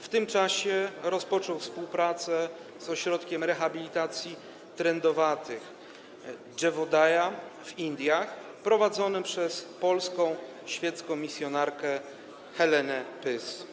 W tym czasie rozpoczął współpracę z ośrodkiem rehabilitacji trędowatych Jeevodaya w Indiach prowadzonym przez polską świecką misjonarkę Helenę Pyz.